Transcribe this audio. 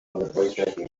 think